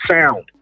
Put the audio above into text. sound